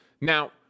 Now